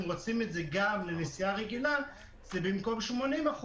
אם רוצים את זה גם לנסיעה רגילה - במקום 80%,